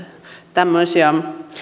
tämmöisiä